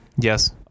Yes